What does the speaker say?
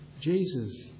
Jesus